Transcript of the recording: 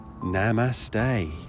Namaste